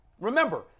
Remember